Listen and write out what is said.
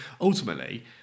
ultimately